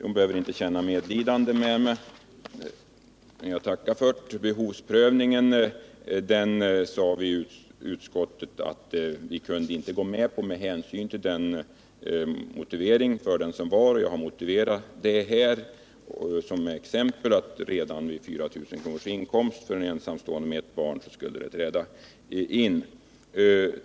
Hon behöver inte känna medlidande med mig, men jag tackar henne ändå för det. Behovsprövning kunde vi i utskottet inte gå med på med hänsyn till den motivering härför som anförts. Jag har belyst detta med ett exempel. Redan vid 4 000 kronors inkomst för ensamstående med ett barn skulle denna regel träda in.